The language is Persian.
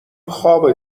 خوابه